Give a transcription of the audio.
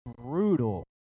brutal